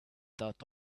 dot